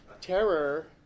Terror